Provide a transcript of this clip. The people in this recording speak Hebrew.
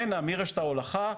מרשת ההולכה,